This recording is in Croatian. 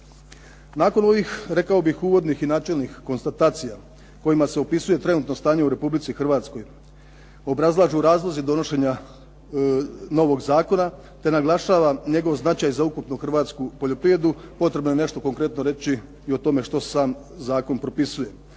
Nakon ovih, rekao bih uvodnih i načelnih konstatacija kojima se opisuje trenutno stanje u Republici Hrvatskoj, obrazlažu razlozi donošenja novog zakona te naglašava njegov značaj za ukupnu hrvatsku poljoprivredu, potrebno je nešto konkretno reći i o tome što sam zakon propisuje.